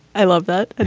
i love that. and